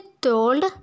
told